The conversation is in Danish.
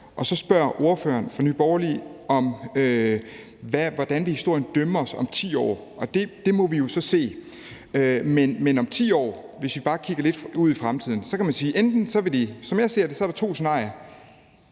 Og så spørger ordføreren for Nye Borgerlige, hvordan historien vil dømme os om 10 år. Det må vi jo så se. Hvis vi bare kigger lidt ud i fremtiden, kan man sige, at der, som jeg ser det, er to scenarier.